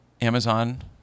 Amazon